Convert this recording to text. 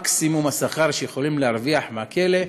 מקסימום השכר שיכולים להרוויח בכלא,